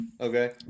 okay